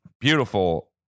beautiful